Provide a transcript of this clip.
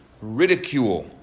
ridicule